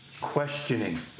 Questioning